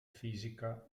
fisica